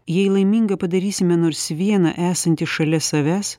jei laimingą padarysime nors vieną esantį šalia savęs